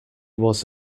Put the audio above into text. was